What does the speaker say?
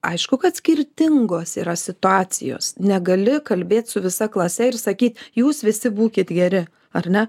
aišku kad skirtingos yra situacijos negali kalbėt su visa klase ir sakyt jūs visi būkit geri ar ne